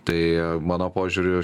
tai mano požiūriu